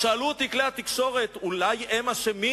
שאלו אותי כלי-התקשורת: אולי הם אשמים,